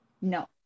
no